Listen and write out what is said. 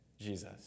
Jesus